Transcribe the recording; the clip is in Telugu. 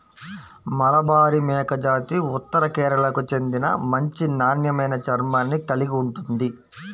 మలబారి మేకజాతి ఉత్తర కేరళకు చెందిన మంచి నాణ్యమైన చర్మాన్ని కలిగి ఉంటుంది